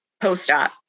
post-op